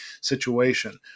situation